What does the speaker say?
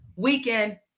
weekend